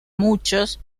muchos